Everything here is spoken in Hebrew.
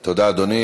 תודה, אדוני.